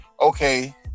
okay